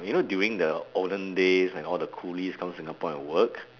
you know during the olden days when all the coolies come singapore and work